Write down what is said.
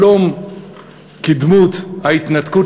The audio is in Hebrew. שלום כדמות ההתנתקות,